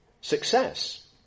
Success